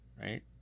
right